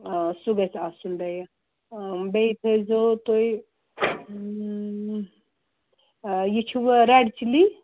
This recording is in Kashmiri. آ سُہ گژھِ آسُن بیٚیہِ بیٚیہِ تھٲیزیو تُہۍ یہِ چھُو رٮ۪ڈ چِلی